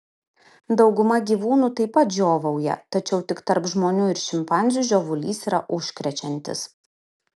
dauguma gyvūnų taip pat žiovauja tačiau tik tarp žmonių ir šimpanzių žiovulys yra užkrečiantis